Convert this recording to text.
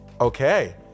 Okay